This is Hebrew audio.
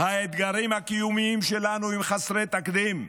האתגרים הקיומיים שלנו הם חסרי תקדים,